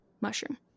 mushroom